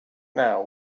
now